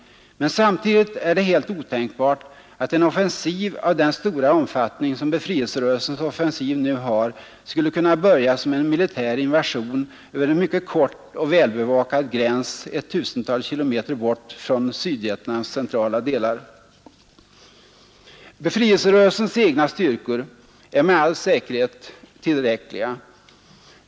Men samtidigt är det helt otänkbart att en offensiv av den stora omfattning som befrielserörelsens offensiv nu har skulle kunna börja som en militär invasion över en mycket kort och välbevakad gräns ett tusental kilometer från Sydvietnams centrala delar. Befrielserörelsens styrkor är med all säkerhet tillräckliga.